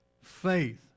faith